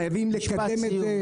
חייבים לקדם את זה.